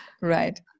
Right